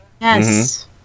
Yes